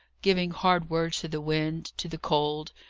giving hard words to the wind, to the cold,